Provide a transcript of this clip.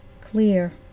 clear